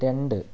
രണ്ട്